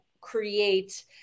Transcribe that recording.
create